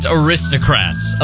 aristocrats